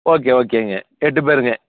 okay ஓகேங்க எட்டு பேருங்க